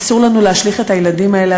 אסור לנו להשליך את הילדים האלה,